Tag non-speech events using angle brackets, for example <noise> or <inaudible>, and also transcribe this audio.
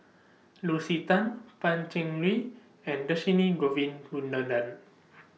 Lucy Tan Pan Cheng Lui and Dhershini Govin Winodan <noise>